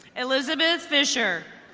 elizabwth fisher.